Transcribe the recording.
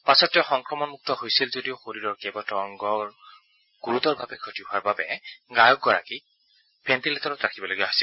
পাছত তেওঁ সংক্ৰমণমুক্ত হৈছিল যদিও শৰীৰৰ কেইবাটাও অংগৰ গুৰুতৰভাৱে ক্ষতি হোৱাৰ বাবে গায়কগৰাকীক ভেণ্টিলেটৰত ৰাখিবলগীয়া হৈছিল